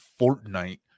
Fortnite